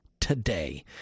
today